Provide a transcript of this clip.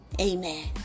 amen